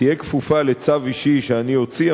תהיה כפופה לצו אישי שאני אוציא,